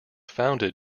founded